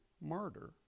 martyr